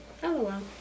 hello